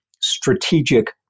strategic